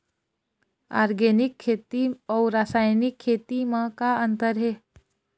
Organic खेती अउ रासायनिक खेती म का अंतर हे?